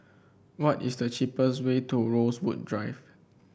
what is the cheapest way to Rosewood Drive